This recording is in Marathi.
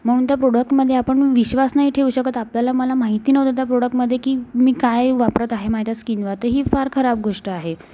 म्हणून तर प्रोडक्टमधे आपण विश्वास नाही ठेवू शकत आपल्याला मला माहिती नव्हतं त्या प्रॉडक्टमधे की मी काय वापरत आहे माझ्या स्किनवर तर ही फार खराब गोष्ट आहे